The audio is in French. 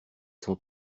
sont